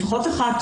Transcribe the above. לפחות אחת,